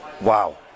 Wow